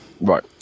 Right